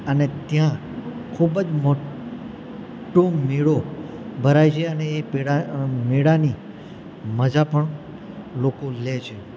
અને ત્યાં ખુબ જ મોટો મેળો ભરાય છે અને એ મેળાની મઝા પણ લોકો લે છે